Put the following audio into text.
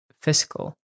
fiscal